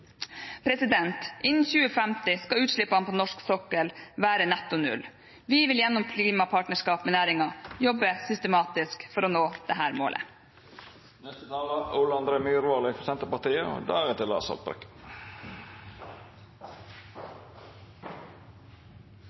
Innen 2050 skal utslippene på norsk sokkel være netto null, og vi vil gjennom klimapartnerskap med næringen jobbe systematisk for å nå